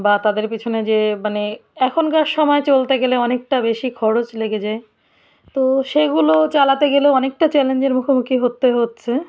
বা তাদের পেছনে যে মানে এখনকার সময় চলতে গেলে অনেকটা বেশি খরচ লেগে যায় তো সেগুলো চালাতে গেলেও অনেকটা চ্যালেঞ্জের মুখোমুখি হতে হচ্ছে